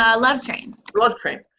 ah love train. love train.